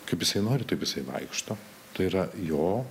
kaip jisai nori taip jisai vaikšto tai yra jo